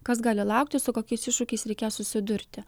kas gali laukti su kokiais iššūkiais reikės susidurti